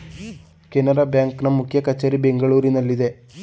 Canara bank ನ ಮುಖ್ಯ ಕಚೇರಿ ಬೆಂಗಳೂರಿನಲ್ಲಿದೆ